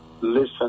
listen